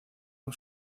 aún